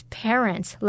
parents